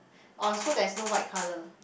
orh so there's no white colour